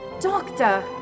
Doctor